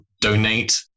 donate